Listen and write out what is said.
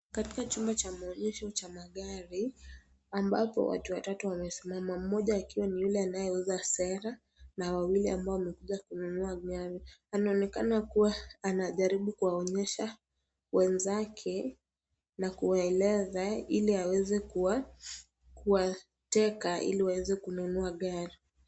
Katika chumba cha maonyesho cha magari ambapo watu watatu wamesimama, mmoja akiwa ni yule anayeuza sera na wawili ambao wamekuja kununua gari, anaonekana kuwa anajaribu kuwaonyesha wenzake na kuwaeleza ili aweze kuwateka ili waweze kununua gari.